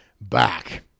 back